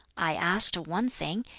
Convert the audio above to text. i asked one thing,